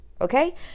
okay